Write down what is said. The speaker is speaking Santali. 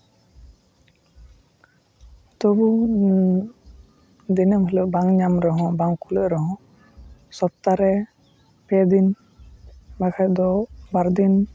ᱛᱚᱵᱩ ᱫᱤᱱᱟᱹᱢ ᱦᱤᱞᱟᱹᱜ ᱵᱟᱝ ᱧᱟᱢ ᱨᱮᱦᱚᱸ ᱵᱟᱝ ᱠᱩᱞᱟᱹᱜ ᱨᱮᱦᱚᱸ ᱥᱚᱯᱛᱟ ᱨᱮ ᱯᱮ ᱫᱤᱱ ᱵᱟᱠᱷᱟᱱ ᱫᱚ ᱵᱟᱨ ᱫᱤᱱ